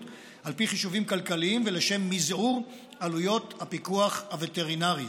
על פי חישובים כלכליים ולשם מזעור עלויות הפיקוח הווטרינרי.